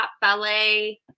ballet